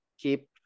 keep